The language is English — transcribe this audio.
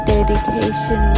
Dedication